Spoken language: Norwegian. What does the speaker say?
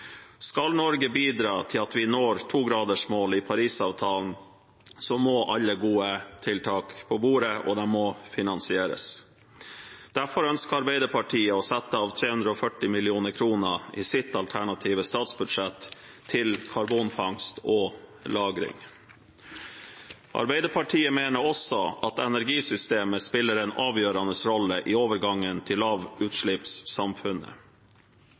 Skal Norge bidra til at vi når 2-gradersmålet i Parisavtalen, må alle gode tiltak på bordet, og de må finansieres. Derfor ønsker Arbeiderpartiet å sette av 340 mill. kr i sitt alternative statsbudsjett til karbonfangst og -lagring. Arbeiderpartiet mener også at energisystemet spiller en avgjørende rolle i overgangen til lavutslippssamfunnet.